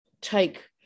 take